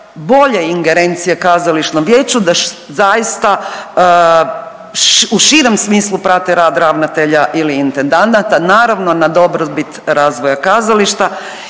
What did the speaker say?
bolje ingerencije kazališnom vijeću, da zaista u širem smislu prate rad ravnatelja ili intendanata, naravno, na dobrobit razvoja kazališta